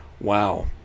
Wow